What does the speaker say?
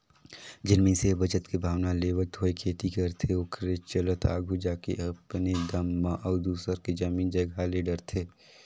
जेन मइनसे ह बचत के भावना लेवत होय खेती करथे ओखरे चलत आघु जाके अपने दम म अउ दूसर के जमीन जगहा ले डरथे